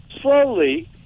slowly